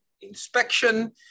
inspection